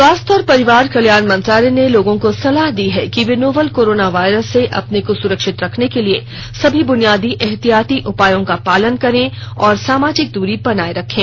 स्वास्थ्य और परिवार कल्याण मंत्रालय ने लोगों को सलाह दी है कि वे नोवल कोरोना वायरस से अपने को सुरक्षित रखने के लिए सभी बुनियादी एहतियाती उपायों का पालन करें और सामाजिक दूरी बनाए रखें